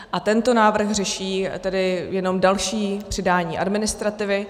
A tento návrh řeší tedy jenom další přidání administrativy.